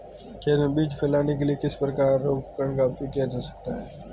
खेत में बीज फैलाने के लिए किस उपकरण का उपयोग किया जा सकता है?